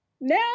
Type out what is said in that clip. now